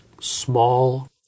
small